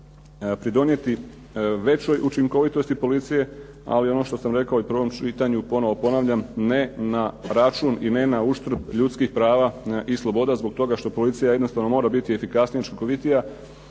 će pridonijeti većoj učinkovitosti policije, ali i ono što sam rekao i u prvom čitanju i ponovno ponavljam, ne na račun i ne na uštrp ljudskih prava i sloboda zbog toga što policija jednostavno mora biti efikasnija i učinkovitija